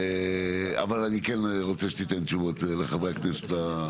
אבל אני כן רוצה שתיתן תשובות לחברי הכנסת.